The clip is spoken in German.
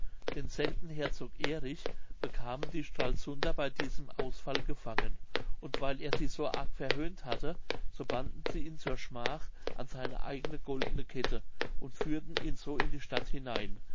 denselben herzog erich bekamen die stralsunder bei diesem ausfall gefangen und weil er sie so arg verhöhnt hatte so banden sie ihn zur schmach an seine eigene goldene kette und führten ihn so in die stadt hinein